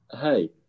Hey